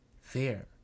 fear